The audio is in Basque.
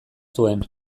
zuen